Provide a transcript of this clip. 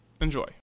Enjoy